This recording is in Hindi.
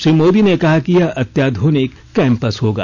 श्री मोदी ने कहा कि यह अत्याध्रनिक कैंपस होगा